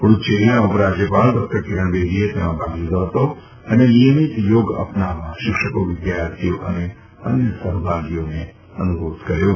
પૂડુચ્ચેરીના ઉપરાજ્યપાલ ડોક્ટર કીરણ બેદીએ તેમાં ભાગ લીધો હતો અને નિયમિત યોગ અપનાવવા શિક્ષકો વિદ્યાર્થીઓ અને અન્ય સહભાગીઓને અનુરોધ કર્યો હતો